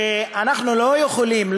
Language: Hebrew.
אנחנו לא יכולים,